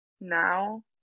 now